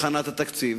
וגם בעת הכנת התקציב: